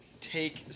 take –